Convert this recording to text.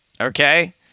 Okay